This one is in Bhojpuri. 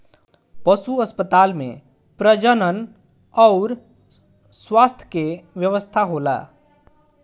पशु अस्पताल में प्रजनन अउर स्वास्थ्य के व्यवस्था होला